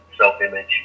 self-image